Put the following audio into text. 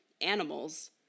animals